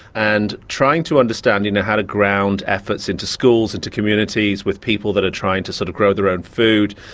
and trying to understand you know how to ground efforts into schools, into communities, with people that are trying to sort of grow their own food.